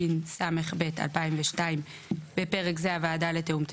התשס"ב 2002 (בפרק זה הוועדה לתיאום תשתיות),